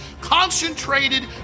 Concentrated